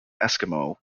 eskimo